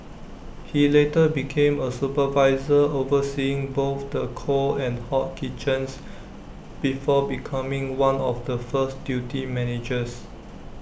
he later became A supervisor overseeing both the cold and hot kitchens before becoming one of the first duty managers